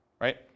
right